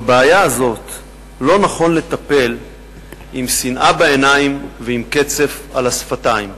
בבעיה הזאת לא נכון לטפל עם שנאה בעיניים ועם קצף על השפתיים.